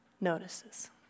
notices